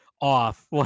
off